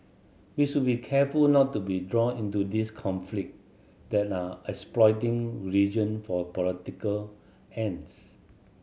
we should be careful not to be drawn into these conflict that are exploiting religion for political ends